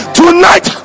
tonight